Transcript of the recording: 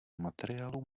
materiálů